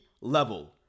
level